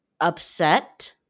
upset